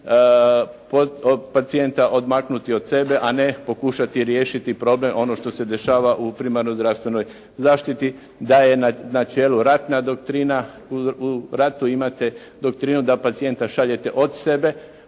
pacijenta odmaknuti od sebe, a ne pokušati riješiti problem onog što se dešava u primarnoj zdravstvenoj zaštiti, da je na čelu ratna doktrina. U ratu imate doktrinu da pacijenta šaljete od sebe,